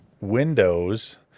Windows